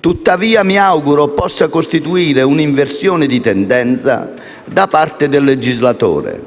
tuttavia mi auguro possa costituire un'inversione di tendenza da parte del legislatore;